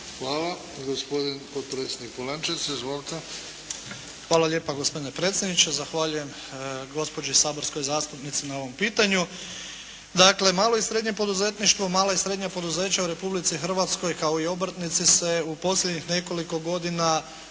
Polančec. Izvolite. **Polančec, Damir (HDZ)** Hvala lijepa gospodine predsjedniče. Zahvaljujem gospođi saborskoj zastupnici na ovom pitanju. Dakle, malo i srednje poduzetništvo, mala i srednja poduzeća u Republici Hrvatskoj kao i obrtnici se u posljednjih nekoliko godina